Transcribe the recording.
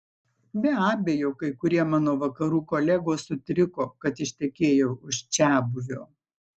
be abejo kai kurie mano vakarų kolegos sutriko kad ištekėjau už čiabuvio